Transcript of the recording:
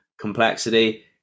complexity